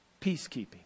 peacekeeping